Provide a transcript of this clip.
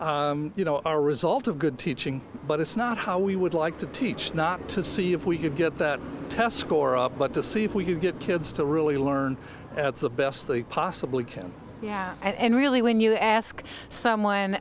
e you know our result of good teaching but it's not how we would like to teach not to see if we could get that test score up but to see if we could get kids to really learn at the best they possibly can yeah and really when you ask someone